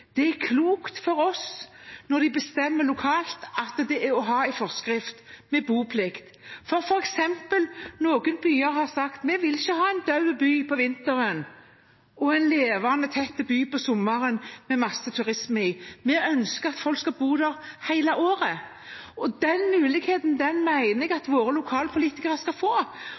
at de ikke vil ha en død by om vinteren og en levende, tett by om sommeren med masseturisme i. De ønsker at folk skal bo der hele året. Den muligheten mener jeg at våre lokalpolitikere skal få.